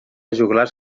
joglars